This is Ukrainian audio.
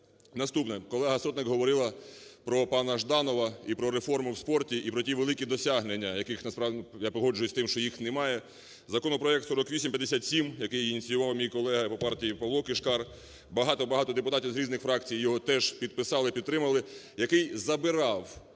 Наступне. Колега Сотник говорила про пана Жданова і про реформу в спорті, і про великі досягнення, яких насправді, я погоджуюся з тим, що їх немає. Законопроект 4857, який ініціював мій колега по партії Павло Кишкар, багато, багато депутатів з різних фракцій його теж підписали, підтримали, який забирав